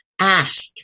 Ask